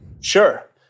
Sure